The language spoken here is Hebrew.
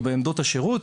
או בעמדות השירות,